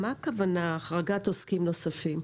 למה הכוונה "החרגת עוסקים נוספים"?